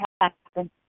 happen